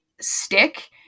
stick